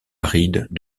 arides